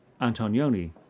Antonioni